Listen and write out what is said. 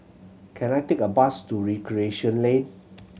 can I take a bus to Recreation Lane